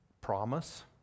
promise